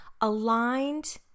aligned